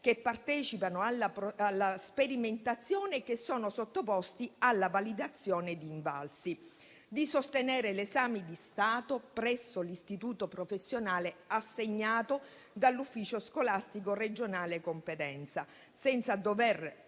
che partecipano alla sperimentazione e che sono sottoposti alla validazione di Invalsi, di sostenere l'esame di Stato presso l'istituto professionale assegnato dall'Ufficio scolastico regionale di competenza, senza dover